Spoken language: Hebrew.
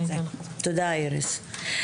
תודה איריס.